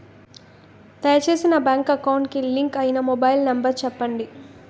దయచేసి నా bank account కి లింక్ అయినా మొబైల్ నంబర్ చెప్పండి